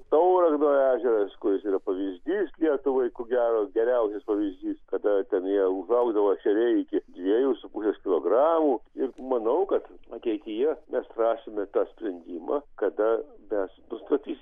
tauragno ežeras kuris yra pavyzdys lietuvai ko gero geriausias pavyzdys kada ten jie užaugdavo ešeriai iki dviejų su pusės kilogramų ir manau kad ateityje mes rasime tą sprendimą kada mes nustatysim